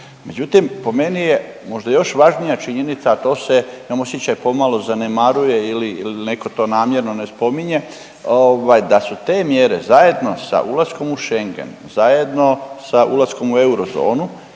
Međutim, po meni je možda još važnija činjenica, a to se imam osjećaj pomalo zanemaruje ili netko to namjerno ne spominje da su te mjere zajedno sa ulaskom u Schengen, zajedno sa ulaskom u eurozonu